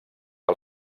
que